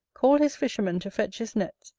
called his fisherman to fetch his nets,